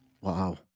Wow